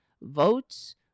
votes